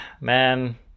man